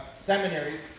seminaries